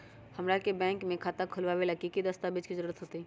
हमरा के बैंक में खाता खोलबाबे ला की की दस्तावेज के जरूरत होतई?